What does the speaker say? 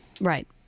right